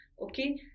okay